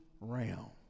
realm